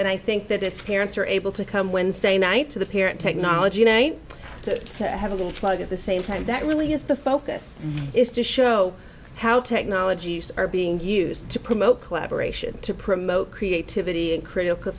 and i think that if parents are able to come wednesday night to the parent technology to have a little plug at the same time that really is the focus is to show how technologies are being used to promote collaboration to promote creativity and critical